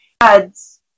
adds